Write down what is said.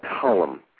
column